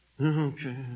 Okay